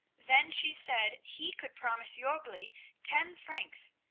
then she said he could promise jorgli ten francs,